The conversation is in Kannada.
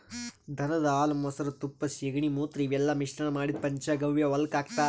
ದನದ್ ಹಾಲ್ ಮೊಸ್ರಾ ತುಪ್ಪ ಸಗಣಿ ಮೂತ್ರ ಇವೆಲ್ಲಾ ಮಿಶ್ರಣ್ ಮಾಡಿದ್ದ್ ಪಂಚಗವ್ಯ ಹೊಲಕ್ಕ್ ಹಾಕ್ತಾರ್